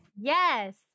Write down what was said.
Yes